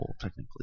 Technically